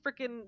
freaking